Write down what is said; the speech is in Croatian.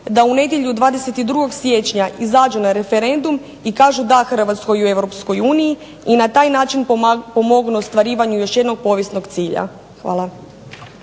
da u nedjelju 22. siječnja izađu na referendum i kažu da Hrvatskoj u EU i na taj način pomognu ostvarivanju još jednog povijesnog cilja. Hvala.